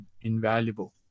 invaluable